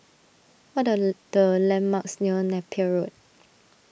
what are the landmarks near Napier Road